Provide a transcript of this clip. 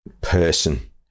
Person